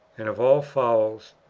and of all fowls,